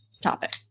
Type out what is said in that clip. topic